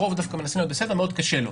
הרוב דווקא מנסים להיות בסדר מאוד קשה לו.